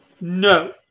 No